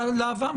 לעבר.